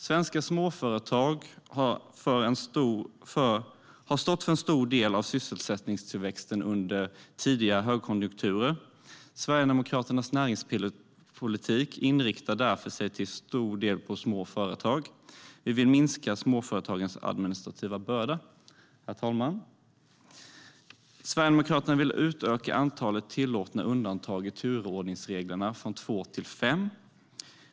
Svenska småföretag har stått för en stor del av sysselsättningstillväxten under tidigare högkonjunkturer. Sverigedemokraternas näringspolitik inriktar sig därför till stor del på små företag. Vi vill minska småföretagens administrativa börda. Herr talman! Sverigedemokraterna vill utöka antalet tillåtna undantag i turordningsreglerna från två till fem.